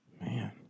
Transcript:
Man